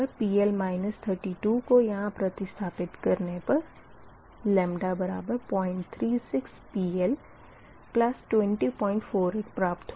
Pg2PL 32 को यहाँ प्रतिस्थापित करने पर 036PL2048 प्राप्त होगा